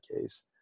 case